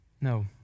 No